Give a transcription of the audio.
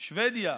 שבדיה,